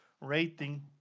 rating